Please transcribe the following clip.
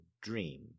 dream